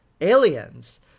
Aliens